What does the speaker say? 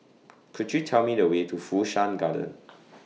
Could YOU Tell Me The Way to Fu Shan Garden